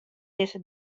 dizze